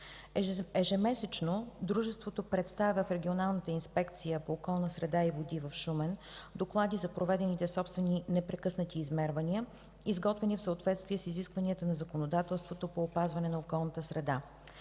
Ежемесечно дружеството представя в Регионалната инспекция по околна среда и води в Шумен доклади за проведените собствени непрекъснати измервания, изготвени в съответствие с изискванията на законодателството по опазване на околната среда.